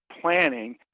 planning